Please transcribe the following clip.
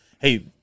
hey